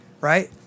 Right